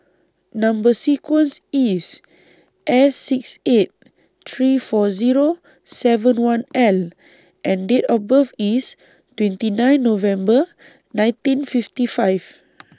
Number sequence IS S six eight three four Zero seven one L and Date of birth IS twenty nine November nineteen fifty five